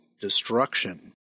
destruction